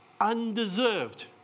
undeserved